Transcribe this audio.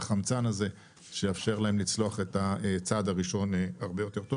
את החמצן הזה שיאפשר להם לצלוח את הצעד הראשון הרבה יותר טוב.